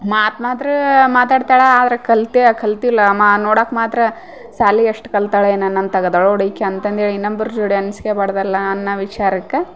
ಮಾತು ಮಾತ್ರ ಮಾತಾಡ್ತಾಳ ಆದರೆ ಕಲ್ತೆ ಕಲ್ತಿಲಮಾ ನೋಡಾಕ್ಕೆ ಮಾತ್ರ ಶಾಲಿ ಅಷ್ಟು ಕಲ್ತಳ ಏನು ನನಂತಾಗದರೋಡಿ ಈಕಿ ಅಂದೇಳಿ ಇನಬ್ರ ಜೋಡಿ ಅನ್ಸ್ಕಬಾರ್ದಲ್ಲ ಅನ್ನ ವಿಚಾರಕ್ಕೆ